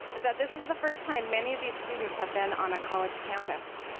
is that this is the first time many of these students have been on a college campus,